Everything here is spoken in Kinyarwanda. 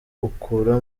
ukura